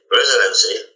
residency